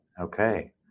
okay